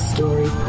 Story